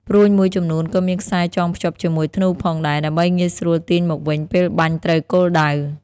ព្រួញមួយចំនួនក៏មានខ្សែចងភ្ជាប់ជាមួយធ្នូផងដែរ ដើម្បីងាយស្រួលទាញមកវិញពេលបាញ់ត្រូវគោលដៅ។